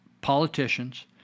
politicians